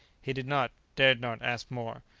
he did not, dared not, ask more.